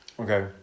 Okay